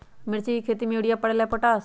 मिर्ची के खेती में यूरिया परेला या पोटाश?